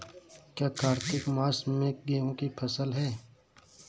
क्या कार्तिक मास में गेहु की फ़सल है?